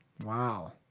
Wow